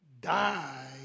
die